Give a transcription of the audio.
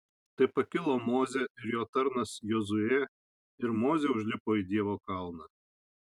tai pakilo mozė ir jo tarnas jozuė ir mozė užlipo į dievo kalną